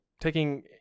taking